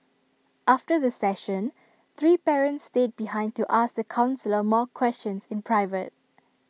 after the session three parents stayed behind to ask the counsellor more questions in private